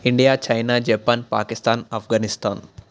India China Japan Pakistan Afghanistan